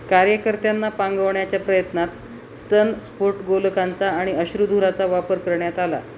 कार्यकर्त्यांना पांगवण्याच्या प्रयत्नात स्टन स्फोटगोलकांचा आणि अश्रूधुराचा वापर करण्यात आला